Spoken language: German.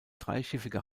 dreischiffige